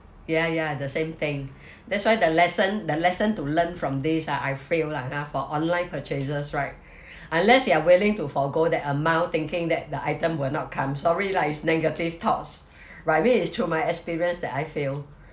ya ya the same thing that's why the lesson the lesson to learn from these ah I feel lah ha for online purchases right unless you are willing to forgo that amount thinking that the item will not come sorry lah like it's negative thoughts but I mean it's through my experience that I feel